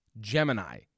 Gemini